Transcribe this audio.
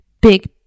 big